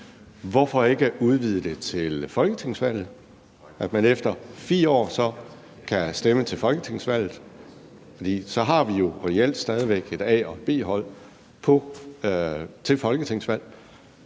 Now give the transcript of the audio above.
Hvorfor ikke udvide det til folketingsvalget, altså at man efter 4 år så kan stemme til folketingsvalget? For ellers har vi jo stadig væk reelt et A- og et B-hold i forhold til folketingsvalg.